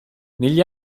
negli